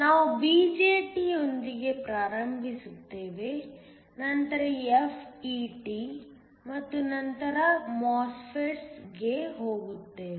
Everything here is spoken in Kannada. ನಾವು BJT ಯೊಂದಿಗೆ ಪ್ರಾರಂಭಿಸುತ್ತೇವೆ ನಂತರ FET ಮತ್ತು ನಂತರ MOSFETS ಗೆ ಹೋಗುತ್ತೇವೆ